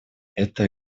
этой